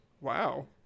Wow